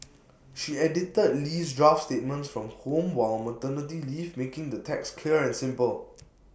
she edited Lee's draft statements from home while on maternity leave making the text clear and simple